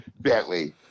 Bentley